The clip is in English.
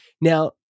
Now